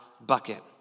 bucket